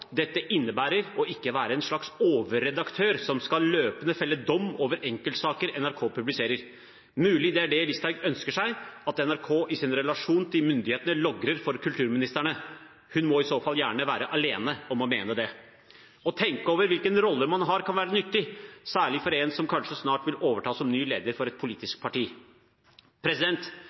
Dette innebærer ikke å være en slags overredaktør som løpende skal felle dom over enkeltsaker NRK publiserer. Det er mulig det er det Listhaug ønsker seg, at NRK i sin relasjon til myndighetene logrer for kulturministerne. Hun må i så fall gjerne være alene om å mene det. Å tenke over hvilke roller man har, kan være nyttig, særlig for en som kanskje snart vil overta som ny leder for et politisk parti.